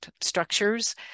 structures